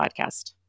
podcast